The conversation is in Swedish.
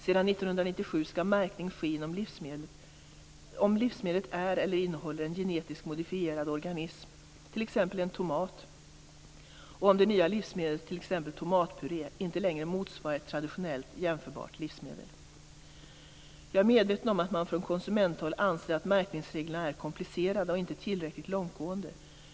Sedan 1997 skall märkning ske om livsmedlet är eller innehåller en genetiskt modifierad organism, t ex. en tomat, och om det nya livsmedlet, t.ex. tomatpuré, inte längre motsvarar ett traditionellt jämförbart livsmedel. Jag är medveten om att man från konsumenthåll anser att märkningsreglerna är komplicerade och inte tillräckligt långtgående.